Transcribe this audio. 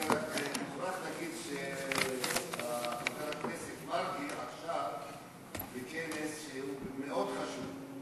אני רק מוכרח להגיד שחבר הכנסת מרגי נמצא עכשיו בכנס מאוד חשוב,